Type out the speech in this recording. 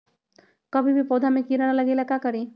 कभी भी पौधा में कीरा न लगे ये ला का करी?